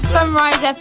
Sunrise